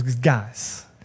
guys